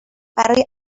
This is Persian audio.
برای